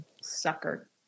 sucker